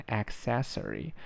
accessory